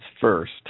first